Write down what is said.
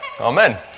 Amen